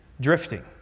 drifting